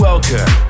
Welcome